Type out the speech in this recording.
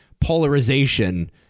polarization